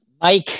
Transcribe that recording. mike